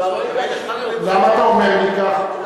ממילא חל עליהם, למה אתה אומר לי כך?